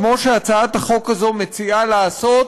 כמו שהצעת החוק הזו מציעה לעשות,